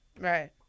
Right